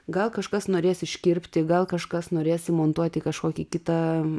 gal kažkas norės iškirpti gal kažkas norės įmontuoti kažkokį kitą